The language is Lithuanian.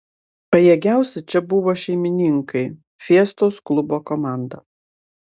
pajėgiausi čia buvo šeimininkai fiestos klubo komanda